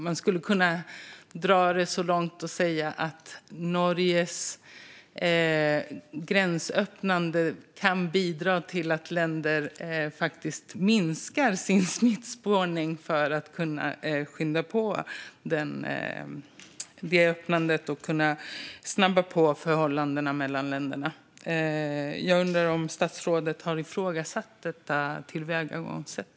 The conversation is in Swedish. Man skulle kunna dra det så långt som till att säga att Norges gränsöppnande kan bidra till att länder faktiskt minskar sin smittspårning för att kunna skynda på öppnandet och förhållandena mellan länderna. Jag undrar om statsrådet har ifrågasatt detta tillvägagångssätt.